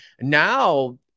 now